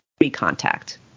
recontact